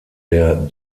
der